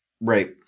right